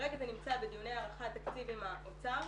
כרגע זה נמצא בדיוני הערכת תקציב עם האוצר